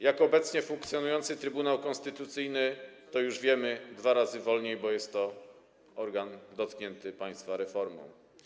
Jak obecnie funkcjonuje Trybunał Konstytucyjny, to już wiemy, dwa razy wolniej, bo jest to organ dotknięty państwa reformą.